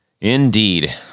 indeed